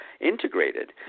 integrated